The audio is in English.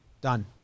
done